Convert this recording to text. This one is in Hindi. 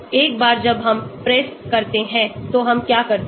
एक बार जब हम PRESS करते हैं तो हम क्या करते हैं